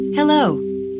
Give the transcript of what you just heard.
Hello